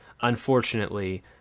unfortunately